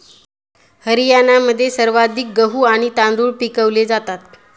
हरियाणामध्ये सर्वाधिक गहू आणि तांदूळ पिकवले जातात